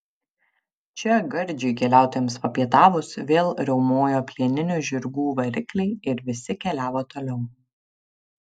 čia gardžiai keliautojams papietavus vėl riaumojo plieninių žirgų varikliai ir visi keliavo toliau